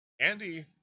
Andy